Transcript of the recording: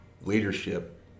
leadership